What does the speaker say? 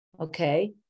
Okay